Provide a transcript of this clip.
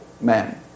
man